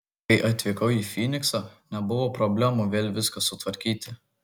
kai atvykau į fyniksą nebuvo problemų vėl viską sutvarkyti